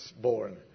born